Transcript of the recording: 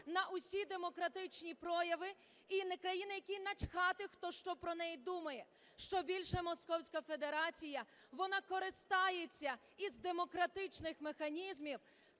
на всі демократичні прояви, і країна, якій начхати, хто, що про неї думає. Що більше, московська федерація, вона користається із демократичних механізмів,